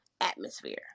atmosphere